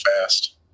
fast